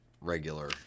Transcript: regular